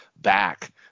back